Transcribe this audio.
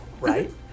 Right